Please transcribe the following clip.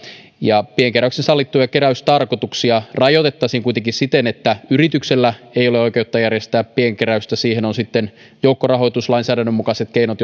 pienkeräyksessä sallittuja keräystarkoituksia rajoitettaisiin kuitenkin siten että yrityksellä ei ole oikeutta järjestää pienkeräystä siihen on sitten joukkorahoituslainsäädännön mukaiset keinot